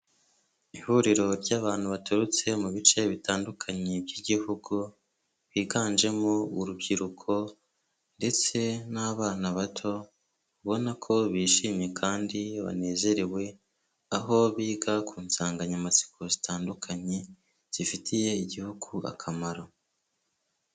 Ihuriro ry'abantu baturutse mu bice bitandukanye by'igihugu, biganjemo urubyiruko ndetse n'abana bato ubona ko bishimye kandi banezerewe, aho biga ku nsanganyamatsiko zitandukanye zifitiye igihugu akamaro.